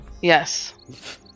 yes